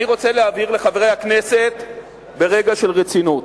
אני רוצה להבהיר לחברי הכנסת ברגע של רצינות,